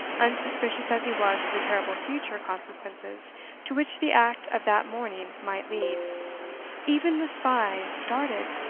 unsuspicious as he was of the terrible future consequences to which the act of that morning might lead even the spy started,